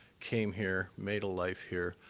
came here, made a life here,